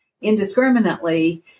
indiscriminately